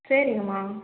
சரிங்கம்மா